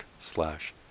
slash